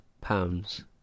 pounds